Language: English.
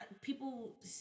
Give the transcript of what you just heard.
people